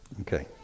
Okay